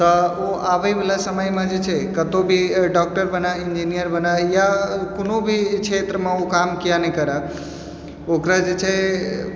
तऽ ओ आबैवला समयमे जे छै कतौ भी ओ डॉक्टर बनै इन्जिनियर बनै या कोनो भी क्षेत्रमे ओ काम किया ने करै ओकरा जे छै से